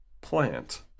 plant